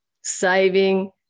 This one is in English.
saving